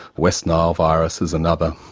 west nile virus is another,